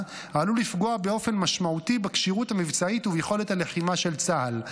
עלול לפגוע באופן משמעותי בכשירות המבצעית וביכולת הלחימה של צה"ל.